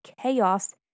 chaos